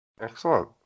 Excellent